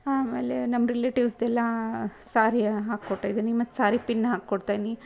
ಆಮೇಲೆ ನಮ್ಮ ರಿಲೇಟಿವ್ಸ್ದೆಲ್ಲ ಸಾರಿ ಹಾಕ್ಕೊಟ್ಟಿದೀನಿ ಮತ್ತು ಸಾರಿ ಪಿನ್ ಹಾಕ್ಕೊಡ್ತೀನಿ